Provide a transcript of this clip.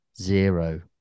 zero